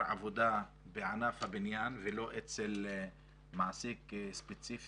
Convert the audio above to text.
עבודה בענף הבניין ולא אצל מעסיק ספציפי,